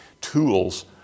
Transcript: tools